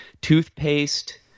toothpaste